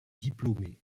diplômé